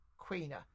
Queener